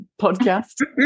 podcast